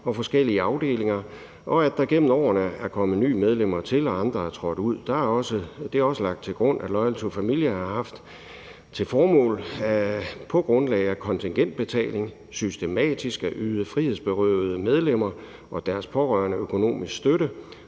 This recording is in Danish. og forskellige afdelinger, og at der gennem årene er kommet nye medlemmer til, mens andre er trådt ud. Det er også lagt til grund, at Loyal to Familia har haft til formål på grundlag af kontingentbetaling systematisk at yde frihedsberøvede medlemmer og deres pårørende økonomisk støtte,